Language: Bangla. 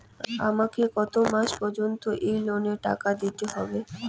আমাকে কত মাস পর্যন্ত এই লোনের টাকা দিতে হবে?